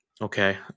okay